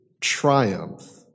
triumph